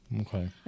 Okay